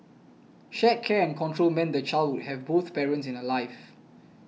shared care and control meant the child would have both parents in her life